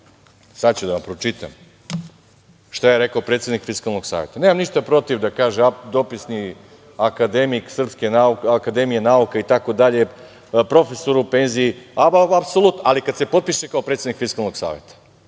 sad ću da vam pročitam šta je rekao predsednik Fiskalnog saveta. Nemam ništa protiv da kaže dopisni akademik SANU, profesor u penziji, apsolutno, ali kada se potpiše kao predsednik Fiskalnog saveta